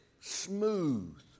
smooth